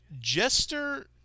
Jester